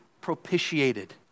propitiated